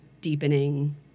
deepening